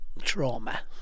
trauma